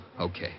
Okay